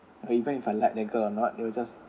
but even if I like that girl or not they'll just